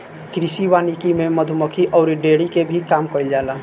कृषि वानिकी में मधुमक्खी अउरी डेयरी के भी काम कईल जाला